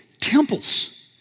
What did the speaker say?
temples